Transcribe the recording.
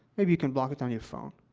maybe you can block it on your phone.